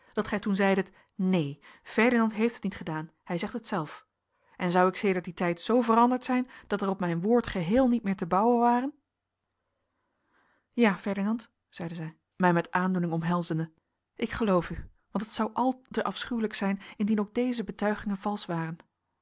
dat gij toen zeidet neen ferdinand heeft het niet gedaan hij zegt het zelf en zou ik sedert dien tijd zoo veranderd zijn dat er op mijn woord geheel niet meer te bouwen ware ja ferdinand zeide zij mij met aandoening omhelzende ik geloof u want het zou al te afschuwelijk zijn indien ook deze betuigingen valsch waren